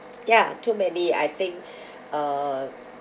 ya too many I think uh